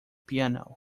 piano